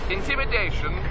Intimidation